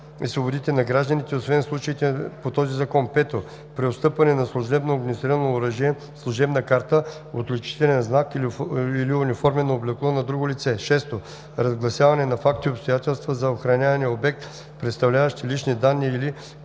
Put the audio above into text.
и свободите на гражданите, освен в случаите по този закон; 5. преотстъпване на служебно огнестрелно оръжие, служебна карта, отличителен знак или униформено облекло на друго лице; 6. разгласяване на факти и обстоятелства за охранявания обект, представляващи лични данни или